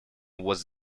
was